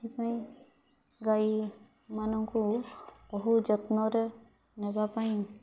ସେଥିପାଇଁ ଗାଈମାନଙ୍କୁ ବହୁ ଯତ୍ନରେ ନେବାପାଇଁ